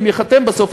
אם ייחתם בסוף,